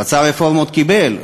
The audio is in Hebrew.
רצה רפורמות, קיבל.